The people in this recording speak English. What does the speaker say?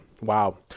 Wow